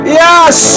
yes